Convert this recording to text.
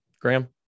Graham